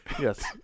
Yes